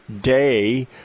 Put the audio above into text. day